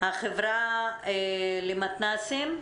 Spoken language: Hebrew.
מהחברה למתנ"סים,